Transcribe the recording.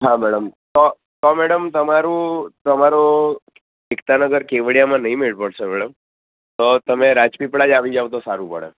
હા મેડમ તો તો મેડમ તમારું તમારું એકતાનગર કેવડીયામાં નહી મેળ પડશે મેડમ તો તમે રાજપીપળા જ આવી જાવ તો સારું પડે